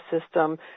system